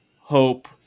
hope